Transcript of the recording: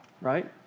Right